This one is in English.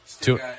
Two